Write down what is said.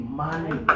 money